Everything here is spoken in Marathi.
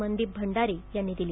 मनदिप भंडारी यांनी दिली